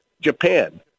Japan